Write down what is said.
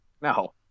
No